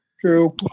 True